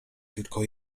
tylko